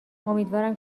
امیدوارم